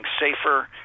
safer